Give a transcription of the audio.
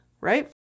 right